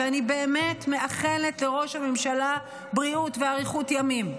ואני באמת מאחלת לראש הממשלה בריאות ואריכות ימים,